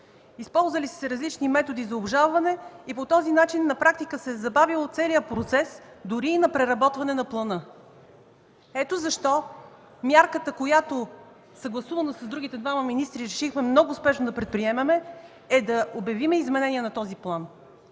Използвали са се различни методи за обжалване и по този начин на практика се е забавил целият процес дори и на преработване на плана. Ето защо мярката, която съгласувано с другите двама министри решихме много спешно да предприемем, е да обявим изменение на този план,